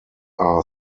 are